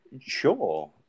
Sure